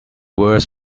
worst